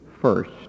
first